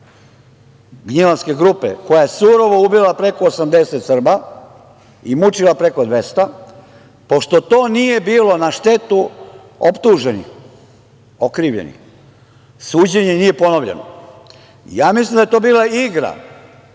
Gnjilanske grupe, koja je surovo ubila preko 80 Srba i mučila preko 200, pošto to nije bilo na štetu optuženih, okrivljenih, suđenje nije ponovljeno. Ja mislim da je to bila igra